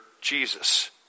Jesus